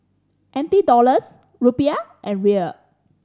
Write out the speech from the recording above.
N T Dollars Rupiah and Riel